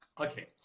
Okay